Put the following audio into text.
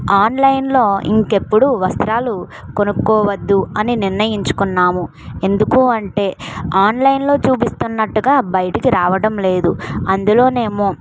ఆన్లైన్లో ఇంకెప్పుడు వస్త్రాలు కొనుక్కోవద్దు అని నిర్ణయించుకున్నాము ఎందుకంటే ఆన్లైన్లో చూపిస్తున్నట్టుగా బయటికి రావడం లేదు అందులో ఏమో